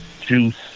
juice